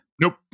Nope